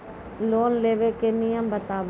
Loan लेबे के नियम बताबू?